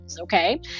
okay